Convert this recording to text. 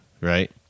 right